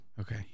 Okay